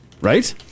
Right